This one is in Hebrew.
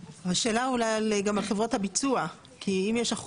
כי אם יש אחוז גבוה שם של אי משיכה של כספים,